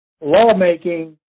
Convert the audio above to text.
lawmaking